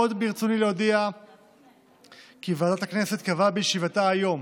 עוד ברצוני להודיע כי ועדת הכנסת קבעה בישיבתה היום